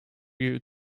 you